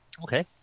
Okay